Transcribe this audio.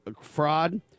fraud